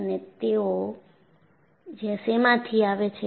અને તેઓ શેમાંથી આવે છે